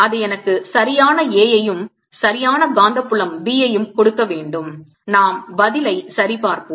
அது எனக்கு சரியான A ஐயும் சரியான காந்தப் புலம் B ஐயும் கொடுக்க வேண்டும் நாம் பதிலை சரிபார்ப்போம்